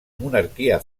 monarquia